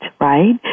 right